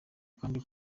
kandi